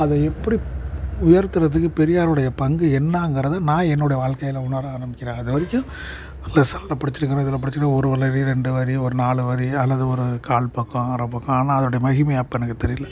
அது எப்படி உயர்த்துவதுக்கு பெரியாருடைய பங்கு என்னாங்கிறது நான் என்னோடைய வாழ்க்கையில உணர ஆரம்பிக்கிறேன் அதுவரைக்கும் ஸ்பெஸலில் படிச்சுருக்கிறேன் இதில் படிச்சுருக்கிறேன் ஒரு ஒரு லைன் ரெண்டு வரி ஒரு நாலு வரி அல்லது ஒரு கால் பக்கம் அரை பக்கம் ஆனால் அதனுடைய மகிமை அப்போ எனக்கு தெரியலை